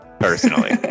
personally